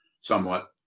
somewhat